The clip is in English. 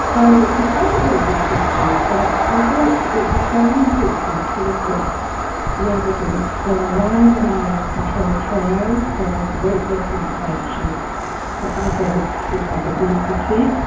so because of all these issues, but we thought it was very important to look at the evidence from randomised control trials of weight loss interventions for adults who have obesity,